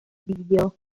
video